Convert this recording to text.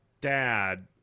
dad